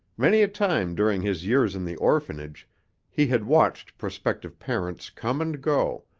many a time during his years in the orphanage he had watched prospective parents come and go,